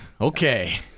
Okay